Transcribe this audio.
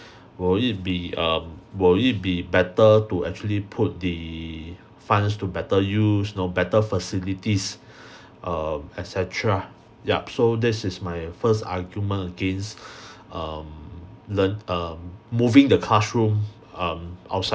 will it be um will it be better to actually put the funds to better use you know better facilities err et cetera yup so this is my first argument against um learn um moving the classroom um outside